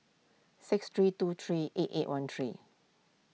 six three two three eight eight one three